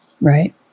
Right